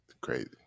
Crazy